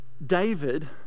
David